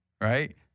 right